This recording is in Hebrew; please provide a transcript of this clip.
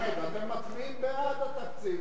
חמד, אתם מצביעים בעד התקציב,